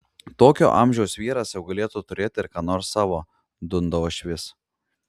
tokio amžiaus vyras jau galėtų turėti ir ką nors savo dunda uošvis